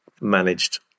managed